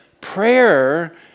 prayer